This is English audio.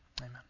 Amen